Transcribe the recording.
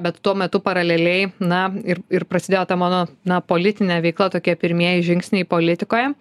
bet tuo metu paraleliai na ir ir prasidėjo ta mano na politinė veikla tokie pirmieji žingsniai politikoje